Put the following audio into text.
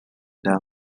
the